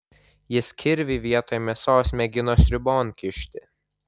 jis kirvį vietoj mėsos mėgino sriubon kišti